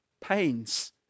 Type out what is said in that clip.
pains